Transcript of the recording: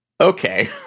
Okay